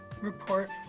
report